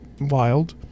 wild